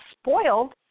spoiled